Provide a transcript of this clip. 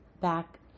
back